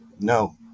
No